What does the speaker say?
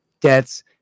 debts